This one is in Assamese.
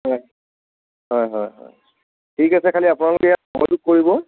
হয় হয় হয় হয় ঠিক আছে খালি আপোনালোকে ইয়াত সহযোগ কৰিব